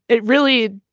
it really,